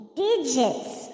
digits